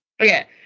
Okay